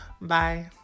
Bye